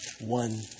one